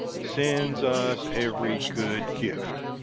sends us every good gift.